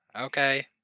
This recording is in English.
Okay